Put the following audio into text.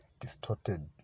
Distorted